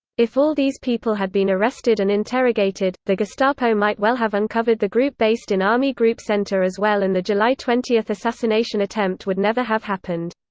if all these people had been arrested and interrogated, the gestapo might well have uncovered the group based in army group centre as well and the july twenty assassination attempt would never have happened.